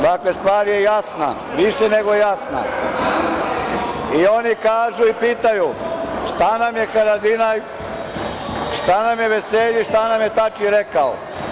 Dakle, stvar je jasna, više nego jasna i oni kažu i pitaju šta nam je Haradinaj, šta nam je Veselji, šta nam je Tači rekao.